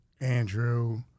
Andrew